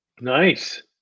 Nice